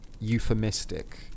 euphemistic